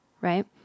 right